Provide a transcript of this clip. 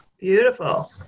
Beautiful